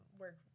work